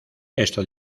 esto